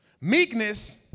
Meekness